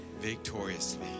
victoriously